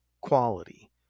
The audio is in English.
quality